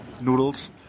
noodles